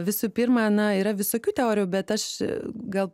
visų pirma na yra visokių teorijų bet aš gal